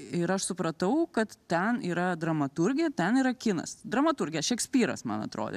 ir aš supratau kad ten yra dramaturgija ten yra kinas dramaturgija šekspyras man atrodė